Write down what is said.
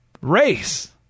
race